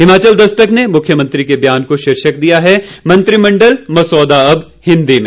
हिमाचल दस्तक ने मुख्यमंत्री के बयान को शीर्षक दिया है मंत्रिमंडल मसौदा अब हिंदी में